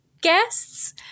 guests